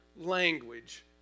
language